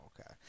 okay